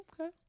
Okay